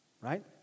right